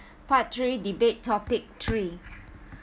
part three debate topic three